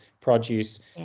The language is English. produce